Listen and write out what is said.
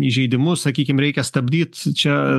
įžeidimus sakykim reikia stabdyt čia